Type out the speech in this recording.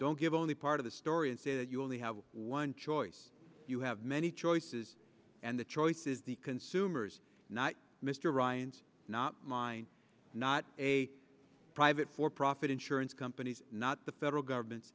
don't give only part of the story is that you only have one choice you have many choices and the choice is the consumer's not mr ryan's not mine not a private for profit insurance companies not the federal government